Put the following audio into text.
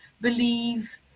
believe